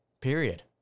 Period